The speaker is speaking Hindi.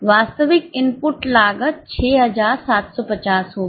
वास्तविक इनपुट लागत 6750 होगी